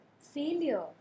Failure